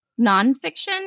nonfiction